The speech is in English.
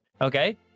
Okay